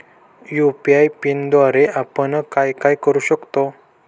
UPI पिनद्वारे आपण काय काय करु शकतो?